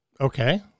Okay